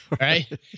Right